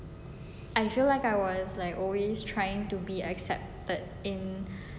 I feel like I was like always trying to be accepted in